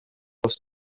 els